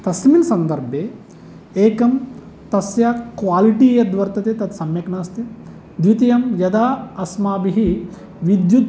तस्मिन्सन्दर्भे एकं तस्य क्वालिटी यद् वर्तते तद् सम्यक् नास्ति द्वितीयं यदा अस्माभिः विद्युत्